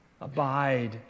Abide